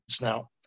now